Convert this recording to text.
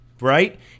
Right